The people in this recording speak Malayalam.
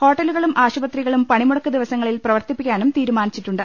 ഹോട്ടലുകളും ആശുപത്രികളും പണിമുടക്ക് ദിവസങ്ങളിൽ പ്രവർത്തിപ്പിക്കാനും തീരുമാനിച്ചിട്ടുണ്ട്